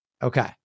Okay